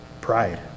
Pride